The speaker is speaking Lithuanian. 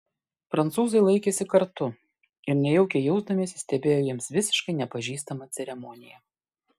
prancūzai laikėsi kartu ir nejaukiai jausdamiesi stebėjo jiems visiškai nepažįstamą ceremoniją